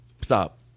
Stop